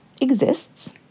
exists